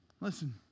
listen